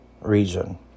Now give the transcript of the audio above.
region